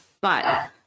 but-